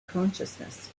consciousness